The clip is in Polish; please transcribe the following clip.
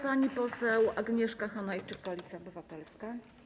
Pani poseł Agnieszka Hanajczyk, Koalicja Obywatelska.